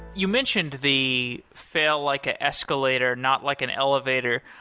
you mentioned the fail like an escalator, not like an elevator.